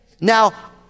Now